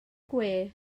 gwe